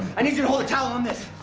i need you to hold a towel on this.